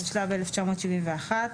התשל"ב-1971,